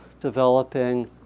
developing